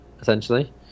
essentially